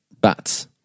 Bats